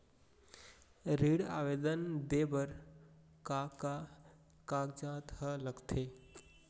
ऋण आवेदन दे बर का का कागजात ह लगथे?